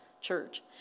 church